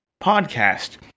podcast